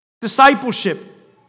discipleship